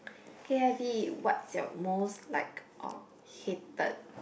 k_i_v what's your most liked or hated